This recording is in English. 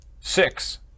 Six